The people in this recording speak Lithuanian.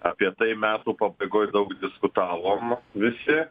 apie tai metų pabaigoj daug diskutavom visi